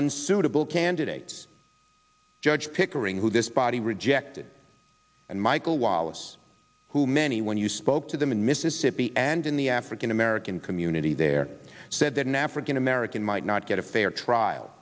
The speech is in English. unsuitable candidates judge pickering who this body rejected and michael wallace who many when you spoke to them in mississippi and in the african american community there said that an african american might not get a fair trial